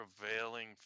prevailing